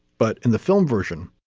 but in the film version,